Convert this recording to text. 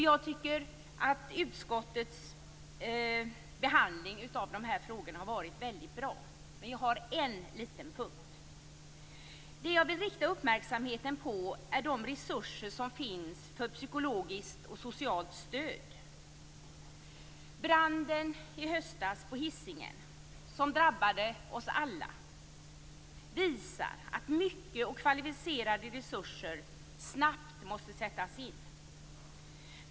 Jag tycker att utskottets behandling av dessa frågor har varit mycket bra, men jag har en liten punkt som jag vill ta upp. Det som jag vill rikta uppmärksamheten på är de resurser som finns för psykologiskt och socialt stöd. Branden i höstas på Hisingen som drabbade oss alla visar att mycket och kvalificerade resurser snabbt måste sättas in.